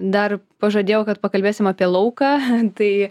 dar pažadėjau kad pakalbėsim apie lauką tai